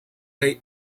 rey